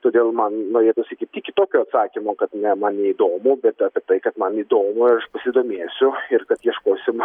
todėl man norėtųsi kaip tik kitokio atsakymo kad ne man neįdomu bet apie tai kad man įdomu ir aš pasidomėsiu ir kad ieškosim